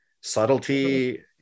Subtlety